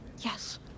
Yes